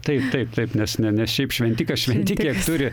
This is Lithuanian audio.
taip taip taip nes ne nes šiaip šventikas šventikė turi